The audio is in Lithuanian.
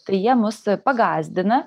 tai jie mus pagąsdina